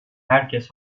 herkes